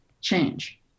change